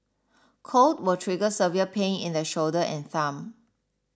cold will trigger severe pain in the shoulder and thumb